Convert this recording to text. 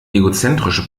egozentrische